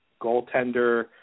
goaltender